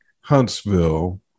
Huntsville